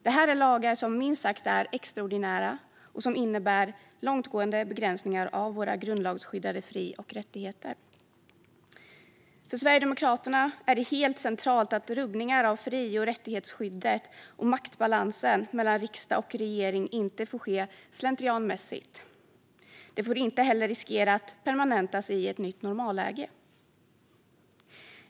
Det här är lagar som minst sagt är extraordinära och som innebär långtgående begräsningar av våra grundlagsskyddade fri och rättigheter. För Sverigedemokraterna är det helt centralt att rubbningar av fri och rättighetsskyddet och maktbalansen mellan riksdag och regering inte får ske slentrianmässigt. De får inte heller riskera att permanentas i ett nytt normalläge.